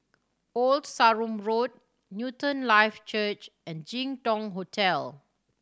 Old Sarum Road Newton Life Church and Jin Dong Hotel